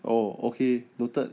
oh okay noted